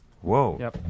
Whoa